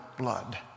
blood